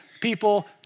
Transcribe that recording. people